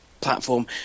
platform